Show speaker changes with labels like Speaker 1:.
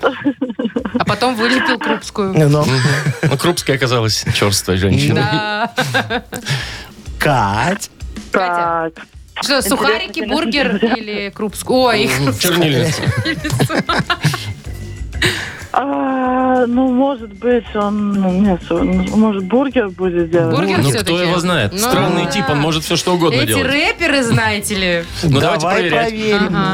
Speaker 1: А потом вылепил Крупскую.
Speaker 2: Ну.
Speaker 3: Мгм. Ну, Крупская оказалась чёрствой женщиной.
Speaker 1: Да.
Speaker 2: Кать?
Speaker 1: Катя,
Speaker 4: Так.
Speaker 1: что,
Speaker 4: Интересно,
Speaker 1: сухарики,
Speaker 4: конечно,
Speaker 1: бургер
Speaker 4: интересно.
Speaker 1: или Крупскую? Ой, Крупс-
Speaker 3: Чернильница.
Speaker 4: А, ну, может быть, он, ну, нет, он, может, бургер будет делать?
Speaker 1: Бургер
Speaker 3: Ну,
Speaker 1: всё-таки.
Speaker 3: кто его знает? Странный
Speaker 1: Ну
Speaker 3: тип, он
Speaker 1: да.
Speaker 3: может всё, что угодно
Speaker 1: Эти
Speaker 3: делать.
Speaker 1: рэперы, знаете ли?
Speaker 3: Ну, давайте
Speaker 4: Давай
Speaker 3: проверять.
Speaker 1: Ага.
Speaker 4: проверим.